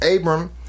Abram